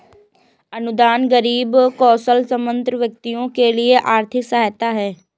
अनुदान गरीब कौशलसंपन्न व्यक्तियों के लिए आर्थिक सहायता है